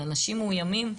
על אנשים מאוימים,